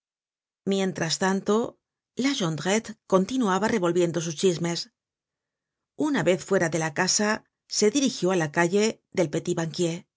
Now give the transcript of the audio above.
mientras tanto la jondrette continuaba revolviendo sus chismes una vez fuera de la casa se dirigió á la calle del